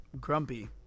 grumpy